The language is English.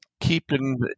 keeping